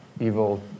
evil